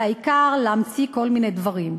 והעיקר להמציא כל מיני דברים.